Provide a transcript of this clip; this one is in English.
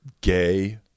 gay